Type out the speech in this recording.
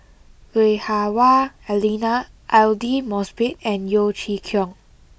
Lui Hah Wah Elena Aidli Mosbit and Yeo Chee Kiong